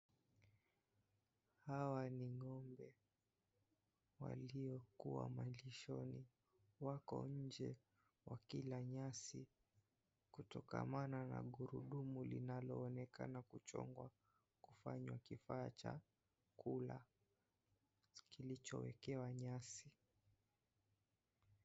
Hawa ni ng'ombe waliokuwa malishoni wako nje wakila nyasi kutokana na gurudumu linaloonekana kuchongwa kufanywa kifaa cha kula kilicho wekewa nyasi.